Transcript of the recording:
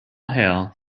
hail